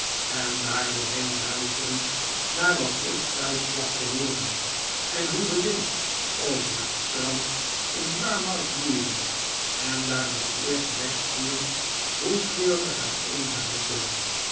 en daardoorheen luisterend naar wat ik thuis placht te hooren en hoe de wind over het strand in yarmouth loeide en daarbij eerst recht voelend hoe treurig en eenzaam ik ben